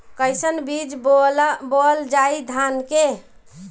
कईसन बीज बोअल जाई धान के?